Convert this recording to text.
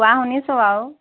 কোৱা শুনিছোঁ আৰু